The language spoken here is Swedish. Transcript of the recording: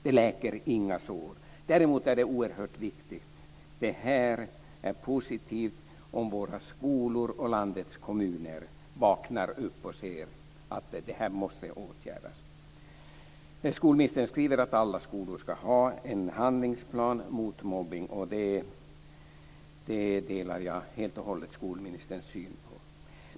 Det läker inga sår. Däremot är det oerhört viktigt och positivt om våra skolor och landets kommuner vaknar upp och ser att det här måste åtgärdas. Skolministern skriver att alla skolor ska ha en handlingsplan mot mobbning. Det delar jag helt och hållet skolministerns syn på.